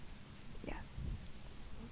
ya